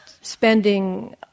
spending